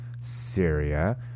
Syria